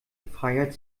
freiheit